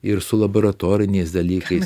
ir su laboratoriniais dalykais